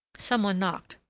some one knocked.